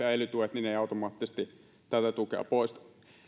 ja ely tuet eivät automaattisesti tätä tukea poista